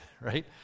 right